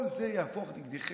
כל זה יהפוך נגדכם.